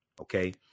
Okay